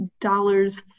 dollars